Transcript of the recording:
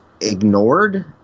ignored